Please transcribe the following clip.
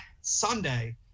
Sunday